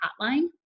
hotline